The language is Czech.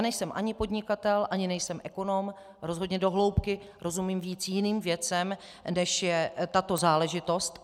Nejsem ani podnikatel ani nejsem ekonom, rozhodně do hloubky rozumím víc jiným věcem, než je tato záležitost.